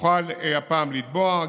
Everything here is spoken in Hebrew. יוכל הפעם לתבוע.